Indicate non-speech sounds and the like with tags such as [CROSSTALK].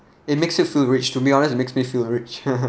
it makes you feel rich to be honest it makes me feel rich [LAUGHS]